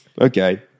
Okay